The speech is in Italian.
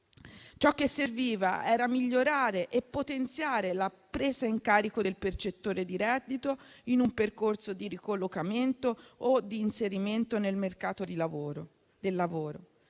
Ciò che serviva era migliorare e potenziare la presa in carico del percettore di reddito in un percorso di ricollocamento o di inserimento nel mercato del lavoro.